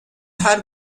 her